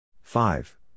five